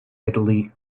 italy